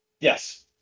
Yes